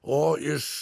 o iš